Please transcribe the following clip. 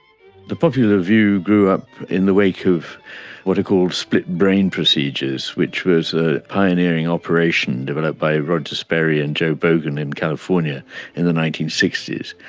the popular view grew up in the wake of what are called split brain procedures, which was a pioneering operation developed by roger sperry and joe bogen in california in the nineteen sixty s.